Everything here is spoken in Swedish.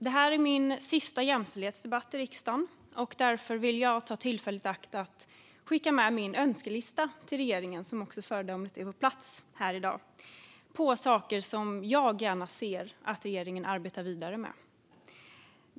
Det här är min sista jämställdhetsdebatt i riksdagen, och därför vill jag ta tillfället i akt att skicka med min önskelista till regeringen, som föredömligt nog är på plats här i dag. Det är en lista över saker jag gärna ser att regeringen arbetar vidare med.